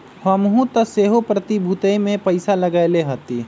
हमहुँ तऽ सेहो प्रतिभूतिय में पइसा लगएले हती